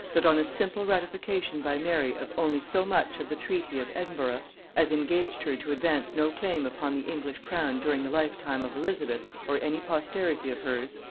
that on a simple ratification by mary of only so much of the treaty of edinburgh as engaged her to advance no claim upon the english crown during the lifetime of elizabeth or any posterity of hers,